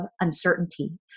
uncertainty